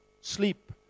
sleep